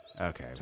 Okay